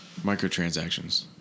microtransactions